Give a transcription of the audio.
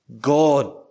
God